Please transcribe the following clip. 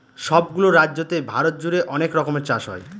সব গুলো রাজ্যতে ভারত জুড়ে অনেক রকমের চাষ হয়